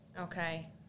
Okay